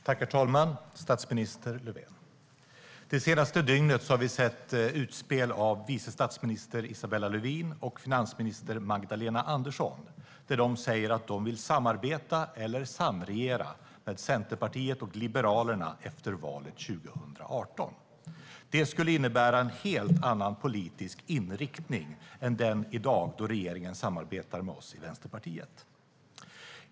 Herr talman! Statsminister Löfven! Det senaste dygnet har vi sett utspel av vice statsminister Isabella Lövin och finansminister Magdalena Andersson. De säger att de vill samarbeta eller samregera med Centerpartiet och Liberalerna efter valet 2018. Det skulle innebära en helt annan politisk inriktning än den som finns i dag, då regeringen samarbetar med oss i Vänsterpartiet.